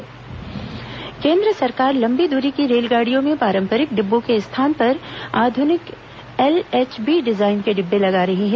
केन्द्र रेल केन्द्र सरकार लंबी दूरी की रेलगाड़ियों में पारंपरिक डिब्बों के स्थान पर आधुनिक एलएचबी डिज़ाइन के डिब्बे लगा रही है